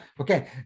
okay